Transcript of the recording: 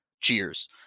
Cheers